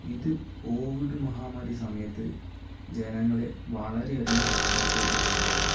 ഇത് കോവിഡ് മഹാമാരി സമയത്ത് ജനങ്ങളെ വളരെ അധികം സഹായിച്ച ഒരു സംഭവമാണ്